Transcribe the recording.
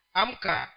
amka